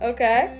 Okay